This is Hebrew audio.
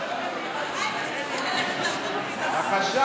אבל חיים, אני צריכה ללכת להרצות בוועידת גלובס.